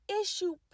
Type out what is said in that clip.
issue